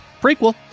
Prequel